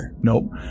Nope